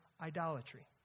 idolatry